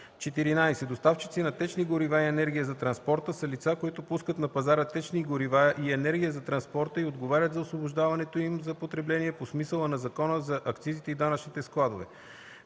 14. „Доставчици на течни горива и енергия за транспорта” са лица, които пускат на пазара течни горива и енергия за транспорта и отговарят за освобождаването им за потребление по смисъла на Закона за акцизите и данъчните складове.